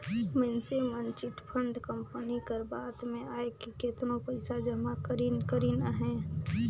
मइनसे मन chit fund company कर बात में आएके केतनो पइसा जमा करिन करिन अहें